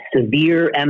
severe